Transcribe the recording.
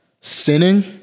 sinning